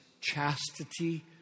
chastity